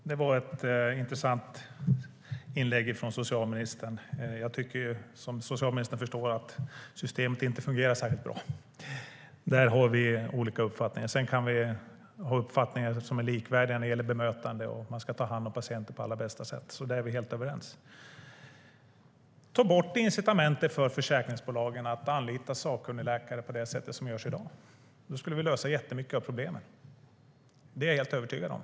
Herr talman! Det var ett intressant inlägg från socialministern. Som socialministern förstår tycker jag inte att systemet fungerar särskilt bra. Där har vi olika uppfattningar. Sedan kan vi ha likvärdiga uppfattningar beträffande bemötande och att man ska ta hand om patienterna på allra bästa sätt. Där är vi helt överens. Låt oss ta bort incitamenten för försäkringsbolagen att anlita sakkunnigläkare på det sätt som sker i dag. Då löser vi mycket av problemen. Det är jag helt övertygad om.